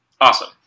Awesome